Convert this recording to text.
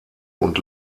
und